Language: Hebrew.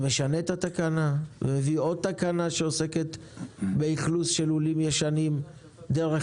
הוא משנה את התקנה ומביא עוד תקנה שעוסקת באכלוס של לולים ישנים דרך